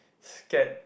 scared